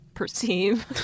perceive